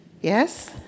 yes